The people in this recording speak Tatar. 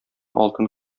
алтын